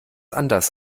anders